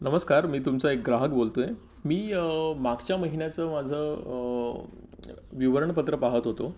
नमस्कार मी तुमचा एक ग्राहक बोलतो आहे मी मागच्या महिन्याचं माझं विवरणपत्र पाहत होतो